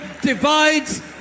divides